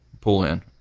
pull-in